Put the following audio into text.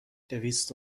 دویست